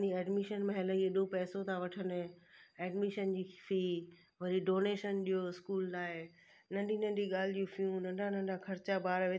admission महिल ई ऐॾो पैसो था वठनि एडमीशन जी फी वरी डोनेशन ॾियो स्कूल लाइ नंढी नंढी ॻाल्हि जी फियूं नंढा नंढा खर्चा ॿार वीचारा